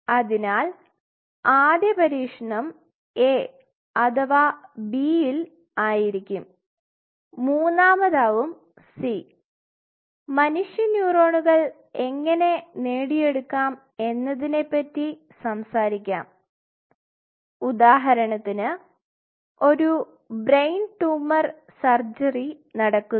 അതിനാൽ ആദ്യ പരീക്ഷണം A അഥവാ B ഇൽ ആയിരിക്കും മൂന്നാമതാവും C മനുഷ്യ ന്യൂറോണുകൾ എങ്ങനെ നേടിയെടുക്കാം എന്നതിനെപ്പറ്റി സംസാരിക്കാം ഉദാഹരണത്തിന് ഒരു ബ്രെയിൻ ട്യൂമർ സർജറി നടക്കുന്നു